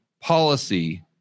policy